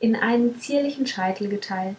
in einen zierlichen scheitel geteilt